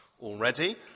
already